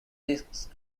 disks